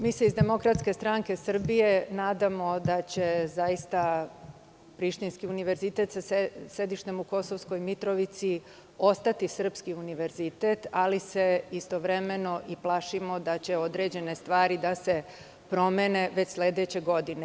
Mi se iz DSS nadamo da će zaista Prištinski univerzitet sa sedištem u Kosovskoj Mitrovici ostati srpski univerzitet, ali se istovremeno i plašimo da će određene stvari da se promene već sledeće godine.